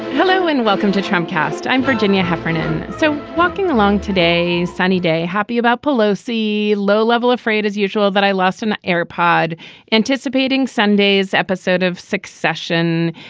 hello and welcome to trump cast. i'm virginia heffernan. so walking along today sunny day happy about pelosi. low level afraid as usual that i lost an air pod anticipating sunday's episode of succession.